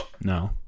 No